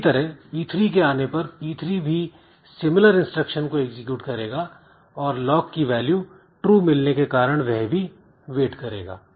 इसी तरह P3 के आने पर P3 भी सिमिलर इंस्ट्रक्शन को एग्जीक्यूट करेगा और lock की वैल्यू ट्रू मिलने के कारण वह भी वेट करेगा